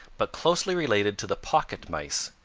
but closely related to the pocket mice.